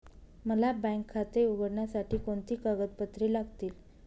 मला बँक खाते उघडण्यासाठी कोणती कागदपत्रे लागतील?